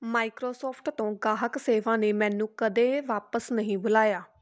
Microsoft ਤੋਂ ਗਾਹਕ ਸੇਵਾ ਨੇ ਮੈਨੂੰ ਕਦੇ ਵਾਪਸ ਨਹੀਂ ਬੁਲਾਇਆ